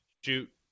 shoot